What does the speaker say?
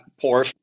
poor